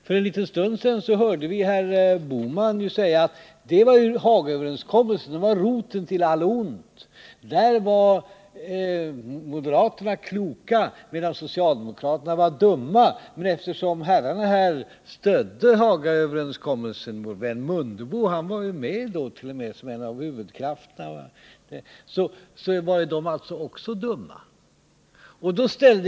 För en liten stund sedan hörde vi herr Bohman säga att den överenskommelsen var roten till allt ont. Moderaterna var kloka, medan socialdemokraterna var dumma, enligt herr Bohman. Men i och med att herrarna här gav sitt stöd åt Hagaöverenskommelsen — herr Mundebo vart.o.m. en av huvudanhängarna till den — så var alltså också de dumma.